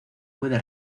puede